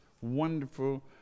wonderful